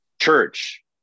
church